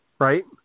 Right